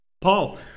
Paul